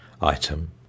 item